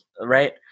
right